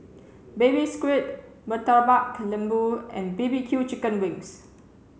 baby squid murtabak lembu and B B Q chicken wings